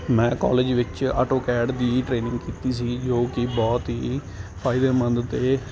ਮੈਂ ਕਾਲਜ ਵਿੱਚ ਆਟੋਕੈਡ ਦੀ ਟ੍ਰੇਨਿੰਗ ਕੀਤੀ ਸੀ ਜੋ ਕਿ ਬਹੁਤ ਹੀ ਫ਼ਾਇਦੇਮੰਦ ਅਤੇ